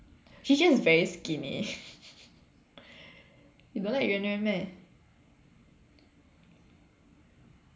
she's just very skinny you don't like Yuan Yuan meh